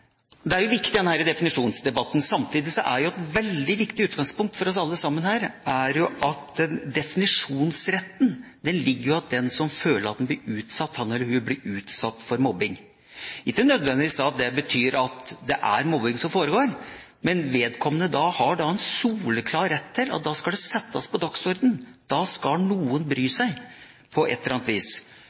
Samtidig er et veldig viktig utgangspunkt for oss alle at definisjonsretten ligger til den som føler seg utsatt for mobbing. Det betyr ikke nødvendigvis at det er mobbing som foregår, men vedkommende har da en soleklar rett til at det skal settes på dagsordenen. Da skal noen bry seg på et eller annet vis.